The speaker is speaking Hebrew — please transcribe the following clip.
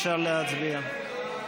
אפשר להצביע.